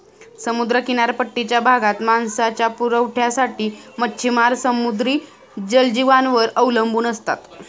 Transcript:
समुद्र किनारपट्टीच्या भागात मांसाच्या पुरवठ्यासाठी मच्छिमार समुद्री जलजीवांवर अवलंबून असतात